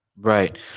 Right